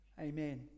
Amen